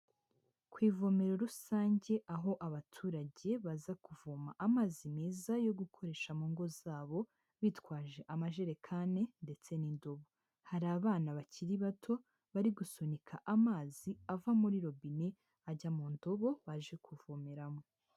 Ku ivomero rusange aho abaturage baza kuvoma amazi meza yo gukoresha mu ngo zabo bitwaje amajerekani ndetse n'indobo, hari abana bakiri bato bari gusunika amazi ava muri robine ajya mu ndobo baje kuvomeramo.